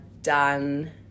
done